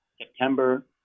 September